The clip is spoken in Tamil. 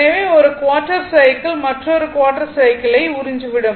எனவே ஒரு குவார்ட்டர் சைக்கிள் மற்றொரு குவார்ட்டர் சைக்கிளை உறிஞ்சிவிடும்